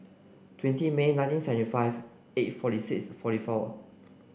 twenty May nineteen seventy five eight forty six forty four